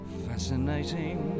fascinating